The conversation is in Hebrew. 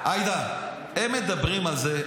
עאידה, הם מדברים על זה,